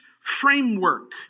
framework